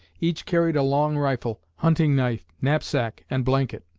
each carried a long rifle, hunting knife, knapsack and blanket.